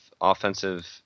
offensive